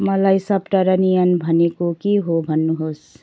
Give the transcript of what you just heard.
मलाई सबटरानियन भनेको के हो भन्नुहोस्